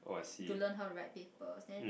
to learn how to write papers then